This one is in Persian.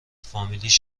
فامیلش